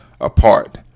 apart